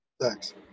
Thanks